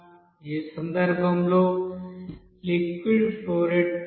ఈ సందర్భంలో liquid flow rate పెరుగుతుంది